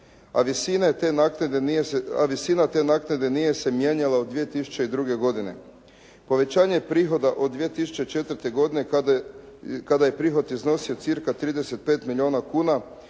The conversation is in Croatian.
a visina te naknade nije se mijenjala od 2002. godine. Povećanje prihoda od 2004. godine kada je prihod iznosio cirka 35 milijuna